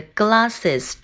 glasses